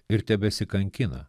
ir tebesikankina